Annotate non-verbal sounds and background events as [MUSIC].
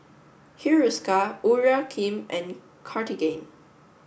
Hiruscar Urea [UNINTELLIGIBLE] and Cartigain